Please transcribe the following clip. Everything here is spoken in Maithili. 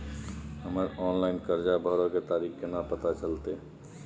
हमर ऑनलाइन कर्जा भरै के तारीख केना पता चलते?